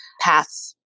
paths